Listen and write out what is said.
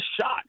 shot